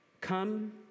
Come